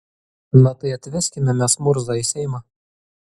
na tai atveskime mes murzą į seimą